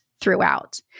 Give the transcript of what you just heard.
throughout